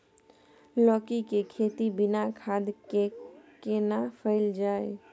लौकी के खेती बिना खाद के केना कैल जाय?